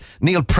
Neil